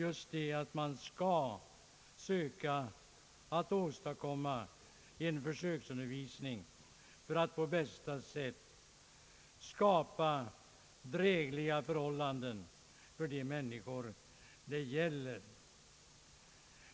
Det är här fråga om att söka åstadkomma en försöksundervisning för att på bästa sätt skapa drägliga förhållanden för de människor det här gäller.